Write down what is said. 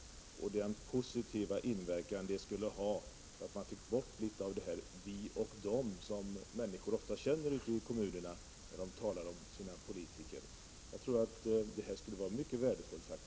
Det skulle ha positiv inverkan om man fick bort känslan av ”vi och dom”, som människor ofta känner ute i kommunerna när de talar om sina politiker. Jag tror att det här faktiskt skulle vara mycket värdefullt.